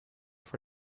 for